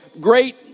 great